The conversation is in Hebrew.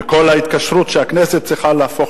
ושכל ההתקשרות בכנסת צריכה להפוך,